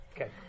Okay